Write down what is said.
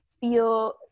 feel